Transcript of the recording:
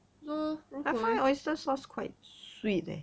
ya lor 如果